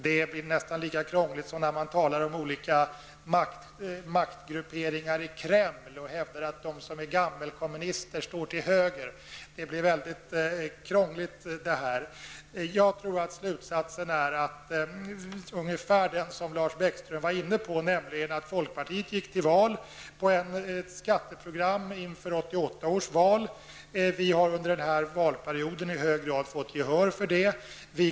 Det blir nästan lika krångligt som när man talar om olika maktgrupperingar i Kreml och hävdar att de som är gammelkommunister står till höger. Slutsatsen är ungefär den som Lars Bäckström nämnde. Folkpartiet gick till val med ett skatteprogram inför 1988 års val. Vi har under den här valperioden i hög grad fått gehör för den politiken.